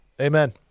Amen